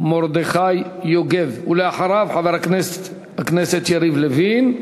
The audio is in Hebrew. מרדכי יוגב, ואחריו, חבר הכנסת יריב לוין,